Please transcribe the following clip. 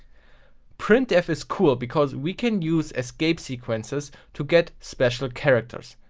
printf is cool, because we can use escape sequences to get special characters.